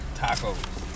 tacos